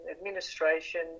administration